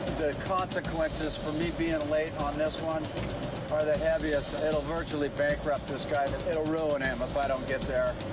the consequences for me being late on this one are the heaviest. it'll virtually bankrupt this guy. it'll ruin him if i don't get there.